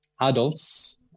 adults